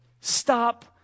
Stop